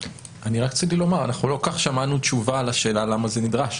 רק רציתי לומר שלא כל כך שמענו תשובה על השאלה למה זה נדרש.